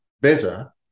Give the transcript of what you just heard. better